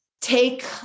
take